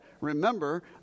remember